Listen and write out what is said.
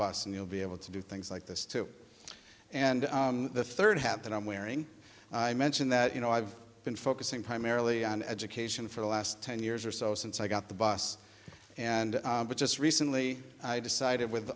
bus and you'll be able to do things like this too and the third hat that i'm wearing i mentioned that you know i've been focusing primarily on education for the last ten years or so since i got the bus and just recently i decided with